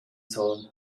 sollen